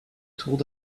told